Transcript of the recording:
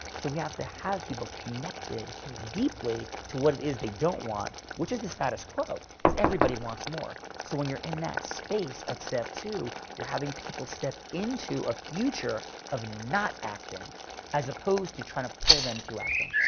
so, we have to have people connected deeply to what it is they don't want. which is the status quo because everybody wants more. so, when you're in that space at step two, you're having people step into a future of not acting as opposed to trying to pull them to acting.